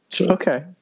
Okay